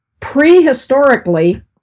prehistorically